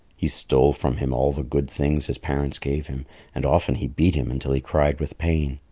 he stole from him all the good things his parents gave him and often he beat him until he cried with pain.